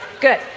good